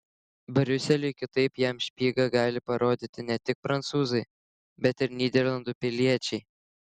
briuseliui kitaip jam špygą gali parodyti ne tik prancūzai bet ir nyderlandų piliečiai